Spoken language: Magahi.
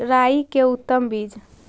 राई के उतम बिज?